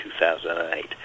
2008